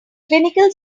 clinical